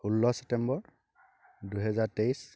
ষোল্ল ছেপ্টেম্বৰ দুহেজাৰ তেইছ